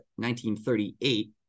1938